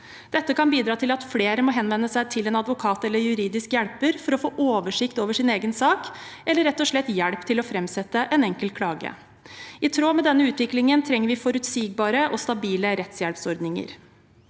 Dette kan bidra til at flere må henvende seg til en advokat eller juridisk hjelper for å få oversikt over sin egen sak, eller rett og slett hjelp til å framsette en enkel klage. I tråd med denne utviklingen trenger vi forutsigbare og stabile rettshjelpsordninger.